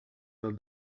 del